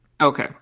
Okay